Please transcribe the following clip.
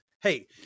Hey